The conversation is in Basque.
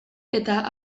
eta